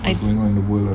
like